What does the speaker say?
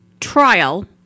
trial